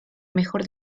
mejor